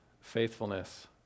faithfulness